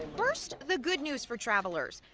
first, the good news for travelers.